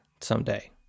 someday